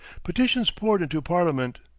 petitions poured into parliament.